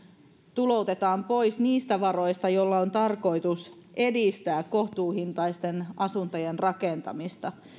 tuloutetaan pois niistä varoista joilla on tarkoitus edistää kohtuuhintaisten asuntojen rakentamista